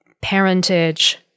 parentage